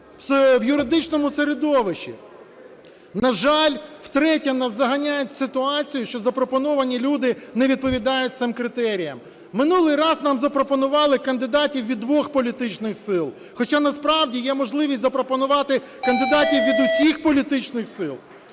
в юридичному середовищі". На жаль, втретє нас заганяють в ситуацію, що запропоновані люди не відповідають цим критеріям. Минулий раз нам запропонували кандидатів від двох політичних сил, хоча насправді є можливість запропонувати кандидатів від усіх політичних сил.